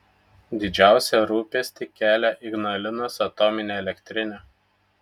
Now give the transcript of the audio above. didžiausią rūpestį kelia ignalinos atominė elektrinė